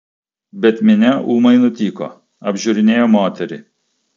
bet minia ūmai nutyko apžiūrinėjo moterį